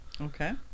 Okay